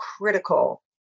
critical